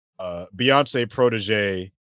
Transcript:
Beyonce-protege